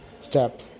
step